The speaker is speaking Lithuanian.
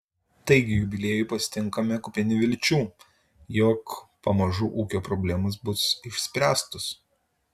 taigi jubiliejų pasitinkame kupini vilčių jog pamažu ūkio problemos bus išspręstos